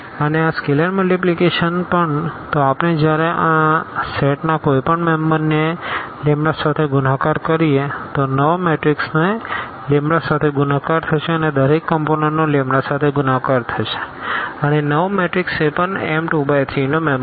અને આ scalar multiplication પણ તો આપણે જયારે આ સેટ ના કોઈ પણ મેમ્બર ને સાથે ગુણાકાર કરીએ તો નવો મેટ્રિક્સ ને સાથે ગુણાકાર થશે અને દરેક કમપોનન્ટ નો સાથે ગુણાકાર થશે અને નવો મેટ્રિક્સ એ પણ M2×3 નો મેમ્બરહશે